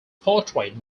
portrayed